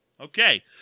Okay